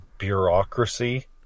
Bureaucracy